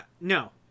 no